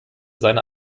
seine